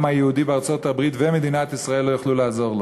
היהודי בארצות-הברית ומדינת ישראל לא יוכלו לעזור לו.